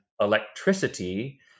electricity